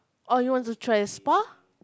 oh you want to try a spa